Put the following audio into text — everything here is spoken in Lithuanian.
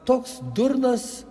toks durnas